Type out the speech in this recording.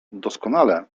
doskonale